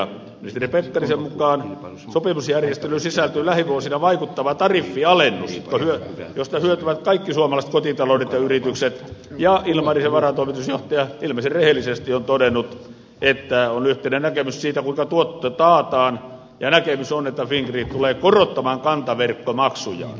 ministeri pekkarisen mukaan sopimusjärjestelyyn sisältyy lähivuosina vaikuttava tariffialennus josta hyötyvät kaikki suomalaiset kotitaloudet ja yritykset ja ilmarisen varatoimitusjohtaja ilmeisen rehellisesti on todennut että on yhteinen näkemys siitä kuinka tuotto taataan ja näkemys on että fingrid tulee korottamaan kantaverkkomaksujaan